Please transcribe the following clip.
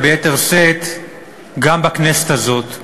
וביתר שאת גם בכנסת הזאת.